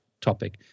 topic